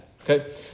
Okay